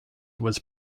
was